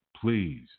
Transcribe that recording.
Please